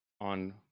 on